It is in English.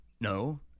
no